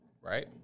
right